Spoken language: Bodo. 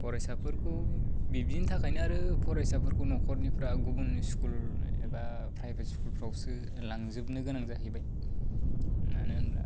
फरायसाफोरखौ बिब्दिनि थाखायनो आरो फरायसाफोरखौ न'खरनिफ्रा गुबुन स्कुल एबा प्राइभेट स्कुलफ्रावसो लांजोबनो गोनां जाहैबाय मानो होनब्ला